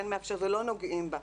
ולא נוגעים בה,